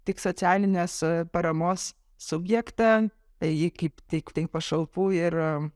tik socialinės paramos subjektą ji kaip tiktai pašalpų yra